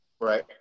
Right